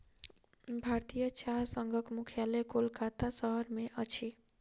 भारतीय चाह संघक मुख्यालय कोलकाता शहर में अछि